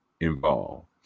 involved